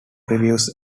reviews